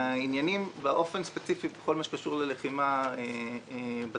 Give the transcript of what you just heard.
באופן ספציפי בכל מה שקשור ללחימה בדרום,